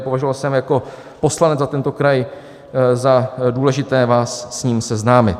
Považoval jsem jako poslanec za tento kraj za důležité vás s ním seznámit.